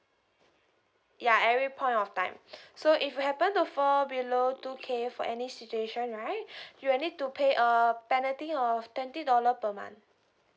ya every point of time so if you happen to fall below two K for any situation right you will need to pay a penalty of twenty dollar per month